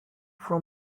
from